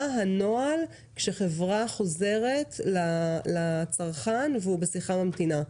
מה הנוהל כשחברה חוזרת לצרכן והוא בשיחה ממתינה?